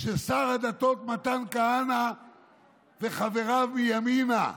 של שר הדתות מתן כהנא וחבריו מימינה.